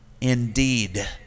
indeed